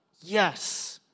yes